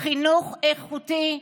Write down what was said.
חינוך איכותי,